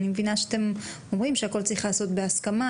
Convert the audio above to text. אני מבינה שאתם אומרים שהכול צריך להיעשות בהסכמה,